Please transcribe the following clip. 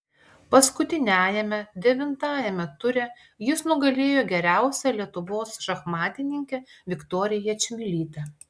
paskutiniajame devintajame ture jis nugalėjo geriausią lietuvos šachmatininkę viktoriją čmilytę